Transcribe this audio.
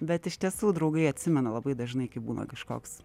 bet iš tiesų draugai atsimena labai dažnai kai būna kažkoks